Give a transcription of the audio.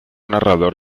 narrador